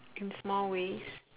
in small ways